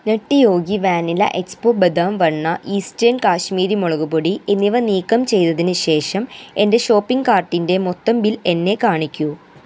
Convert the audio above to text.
nutty Yogi vanilla എക്സ്പൊ ബദാം വെണ്ണ ഈസ്റ്റേൺ കാശ്മീരി മൊളകുപൊടി എന്നിവ നീക്കം ചെയ്തതിന് ശേഷം എന്റെ ഷോപ്പിങ് കാട്ടിന്റെ മൊത്തം ബിൽ എന്നെ കാണിക്കു